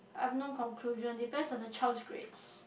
I have no conclusion depends on the child's grades